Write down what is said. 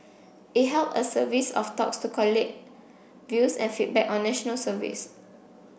it held a service of talks to collate views and feedback on National Service